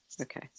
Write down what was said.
Okay